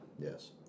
Yes